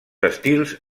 estils